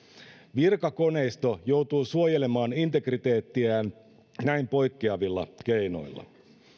virkakoneisto joutuu suojelemaan integriteettiään näin poikkeavilla keinoilla